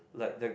like the